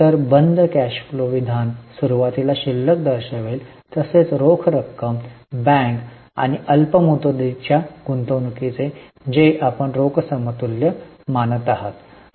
तर बंद cash flow विधान सुरुवातीला शिल्लक दर्शवेल तसेच रोख रक्कम बँक आणि अल्प मुदतीच्या गुंतवणूकी जे आपण रोख समतुल्य मानत आहात